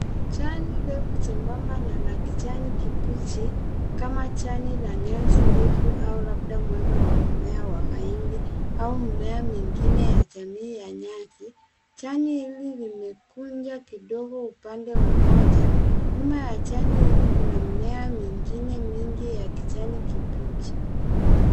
Jani refu jembamba na la kijani kibichi, kama jani la nyasi ndefu au labda mwanga wa mimea wa mahindi au mimea mingine ya jamii ya nyasi. Jani hili limekunja kidogo upande mmoja. Nyuma ya jani hili kuna mimea mingine mingi ya kijani kibichi.